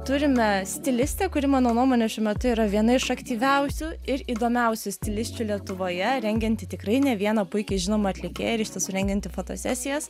turime stilistę kuri mano nuomone šiuo metu yra viena iš aktyviausių ir įdomiausių stilisčių lietuvoje rengianti tikrai ne vieną puikiai žinomą atlikėją ir iš tiesų rengianti fotosesijas